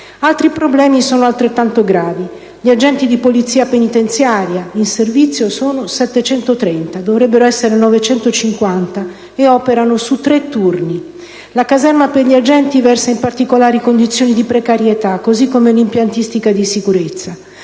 Altri problemi sono altrettanto gravi. Gli agenti di Polizia penitenziaria in servizio sono 730 (dovrebbero essere 950) e operano su 3 turni. La caserma per gli agenti versa in particolari condizioni di precarietà così come l'impiantistica di sicurezza.